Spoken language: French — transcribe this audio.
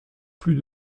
plus